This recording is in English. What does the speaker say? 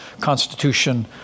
Constitution